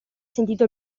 sentito